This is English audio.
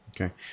Okay